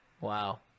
Wow